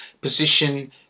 position